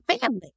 family